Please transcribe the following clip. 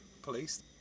police